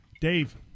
Dave